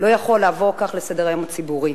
לא יכול לעבור כך בסדר-היום הציבורי.